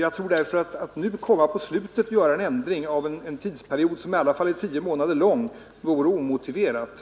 Jag tror därför att det vore omotiverat att nu, i slutet av en tidsperiod som i alla fall är tio månader lång, göra en ändring.